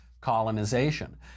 colonization